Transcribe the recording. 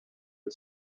had